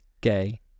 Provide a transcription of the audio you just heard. Gay